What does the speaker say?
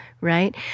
right